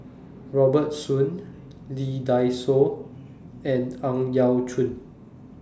Robert Soon Lee Dai Soh and Ang Yau Choon